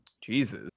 Jesus